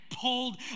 pulled